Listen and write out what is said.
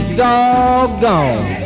doggone